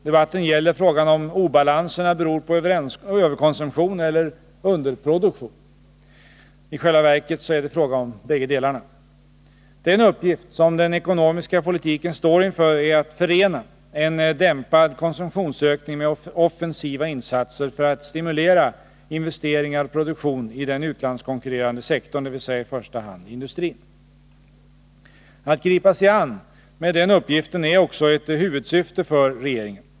Debatten gäller frågan om obalansernå beror på överkonsumtion eller underproduktion. I själva verket är det fråga om bägge delarna. Den uppgift som den ekonomiska politiken står inför är att förena en dämpad konsumtionsökning med offensiva insatser för att stimulera investeringar och produktion i den utlandskonkurrerande sektorn, dvs. i första hand i industrin. Att gripa sig an med den uppgiften är också ett huvudsyfte för regeringen.